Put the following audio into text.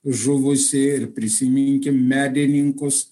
žuvusi ir prisiminkim medininkus